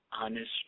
honest